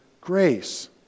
grace